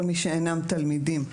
כל מי שאינם תלמידים,